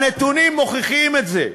הנתונים מוכיחים את זה,